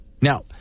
Now